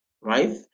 right